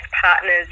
partners